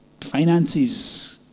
finances